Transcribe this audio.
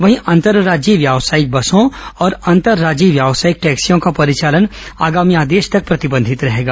वहीं अंतर्राज्यीय व्यावसायिक बसों और अंतर्राज्यीय व्यावसायिक टैक्सियों का परिचालन आगामी आदेश तक प्रतिबंधित रहेगा